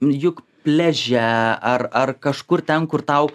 juk pliaže ar ar kažkur ten kur tau